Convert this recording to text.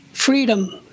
Freedom